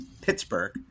Pittsburgh